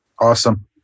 awesome